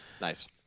Nice